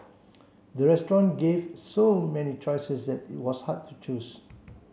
the restaurant gave so many choices that it was hard to choose